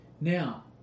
Now